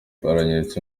byanyeretse